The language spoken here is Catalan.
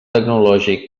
tecnològic